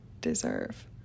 deserve